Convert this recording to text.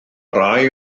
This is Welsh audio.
rai